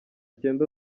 cyenda